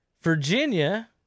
Virginia